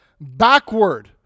backward